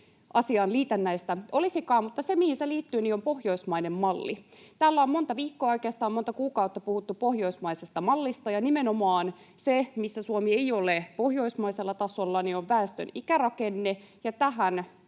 asiaan liitännäistä olisikaan. Se, mihin se liittyy, on pohjoismainen malli. Täällä on monta viikkoa, oikeastaan monta kuukautta, puhuttu pohjoismaisesta mallista, ja nimenomaan se, missä Suomi ei ole pohjoismaisella tasolla, on väestön ikärakenne,